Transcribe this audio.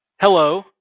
Hello